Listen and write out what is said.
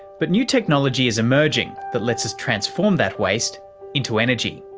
but new technology is emerging that lets us transform that waste into energy,